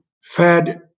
Fed